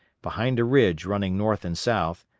behind a ridge running north and south,